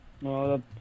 No